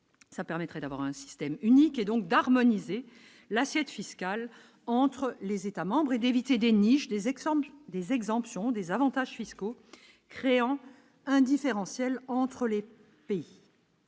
ça permettrait d'avoir un système unique et donc d'harmoniser l'assiette fiscale entre les États membres et d'éviter des niches, des exemples des exemptions, des avantages fiscaux, créant un différentiel entre les petits